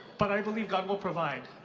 but i believe god will provide.